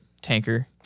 tanker